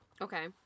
Okay